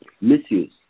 misuse